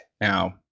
Now